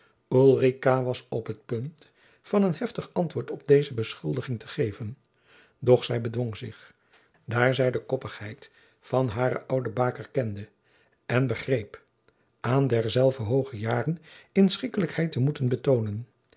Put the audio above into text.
was op het punt van een heftig antwoord op deze beschuldiging te geven doch zij bedwong zich daar zij de koppigheid van hare oude baker kende en begreep aan derzelver hooge jaren inschikkelijkheid te moeten betoonen